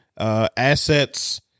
Assets